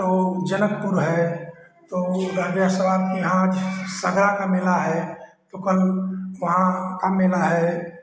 तो जनकपुर है तो के यहाँ का मेला है तो कल वहाँ का मेला है